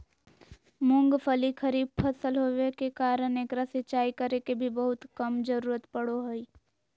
मूंगफली खरीफ फसल होबे कारण एकरा सिंचाई करे के भी बहुत कम जरूरत पड़ो हइ